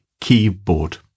keyboard